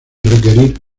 requerir